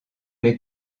les